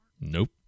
Nope